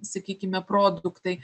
sakykime produktai